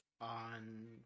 On